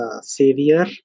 savior